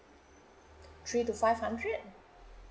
three to five hundred